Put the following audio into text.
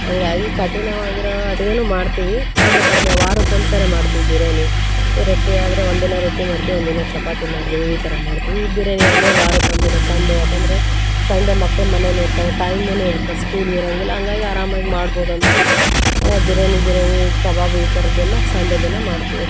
ಹಂಗಾಗಿ ಕಠಿಣವಾಗಿರೋ ಅಡುಗೆನೂ ಮಾಡ್ತೀವಿ ಆದರೆ ಕಡಿಮೆ ವಾರಕ್ಕೊಂದು ಸರೆ ಮಾಡ್ತೀವಿ ಬಿರ್ಯಾನಿ ಈ ರೊಟ್ಟಿ ಆದರೆ ಒಂದಿನ ರೊಟ್ಟಿ ಮಾಡ್ತೀವಿ ಒಂದಿನ ಚಪಾತಿ ಮಾಡ್ತೀವಿ ಈ ಥರ ಮಾಡ್ತೀವಿ ಬಿರ್ಯಾನಿ ಆದರೆ ವಾರಕ್ಕೊಂದು ದಿನ ಸಂಡೇ ಯಾಕಂದ್ರೆ ಸಂಡೇ ಮಕ್ಕಳು ಮನೆಯಲ್ಲಿ ಇರ್ತಾವೆ ಟೈಮೂ ಇರ್ತೆ ಸ್ಕೂಲ್ ಇರೋಂಗಿಲ್ಲ ಅಂಗಾಗಿ ಆರಾಮಾಗಿ ಮಾಡ್ಬೋದಂತ ಬಿರ್ಯಾನಿ ಗಿರ್ಯಾನಿ ಕಬಾಬು ಈ ಥರದ್ದೆಲ್ಲ ಸಂಡೇ ದಿನ ಮಾಡ್ತೀವಿ